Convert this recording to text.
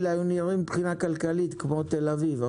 היו נראים מבחינה כלכלית כמו תל אביב.